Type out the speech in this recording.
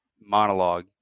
monologue